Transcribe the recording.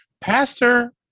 Pastor